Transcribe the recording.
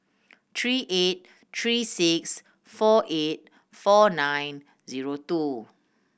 three eight three six four eight four nine zero two